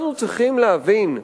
אנחנו צריכים להבין,